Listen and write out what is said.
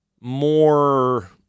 more